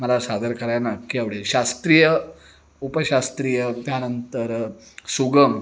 मला सादर कराय नक्की आवडेल शास्त्रीय उपशास्त्रीय त्यानंतर सुगम